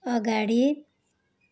अगाडि